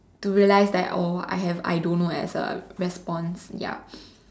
to realize that oh I have I don't know as a response yup